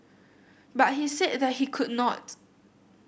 but he said that he could not